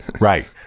Right